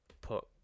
put